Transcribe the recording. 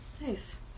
Nice